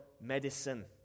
medicine